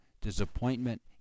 disappointment